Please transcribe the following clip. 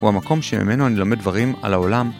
הוא המקום שממנו אני לומד דברים על העולם.